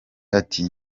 ati